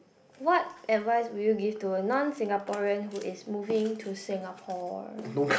what advice would you give to a non Singaporean who is moving to Singapore